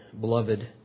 beloved